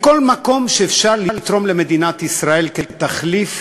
בכל מקום שאפשר לתרום למדינת ישראל כתחליף